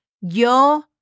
yo